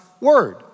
word